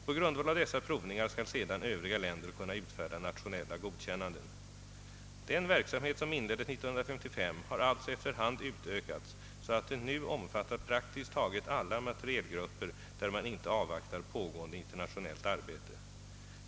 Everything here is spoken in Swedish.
På grundval av dessa provningar skall sedan övriga länder kunna utfärda nationella godkännanden. Den verksamhet som inleddes 1955 har alltså efter hand utökats, så att den nu omfattar praktiskt taget alla materielgrupper, där man inte avvaktar pågående internationellt arbete.